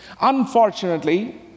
Unfortunately